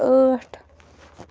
ٲٹھ